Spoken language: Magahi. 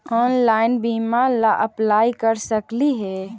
ऑनलाइन बीमा ला अप्लाई कर सकली हे?